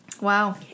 Wow